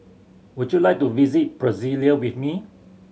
would you like to visit Brasilia with me